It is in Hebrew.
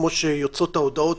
כמו שיוצאות ההודעות,